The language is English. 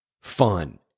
fun